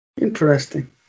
interesting